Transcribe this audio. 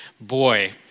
boy